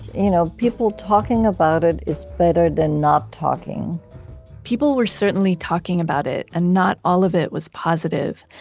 you know, people talking about it is better than not talking people were certainly talking about it and not all of it was positive.